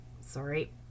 sorry